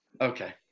Okay